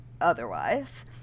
Otherwise